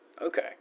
Okay